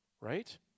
right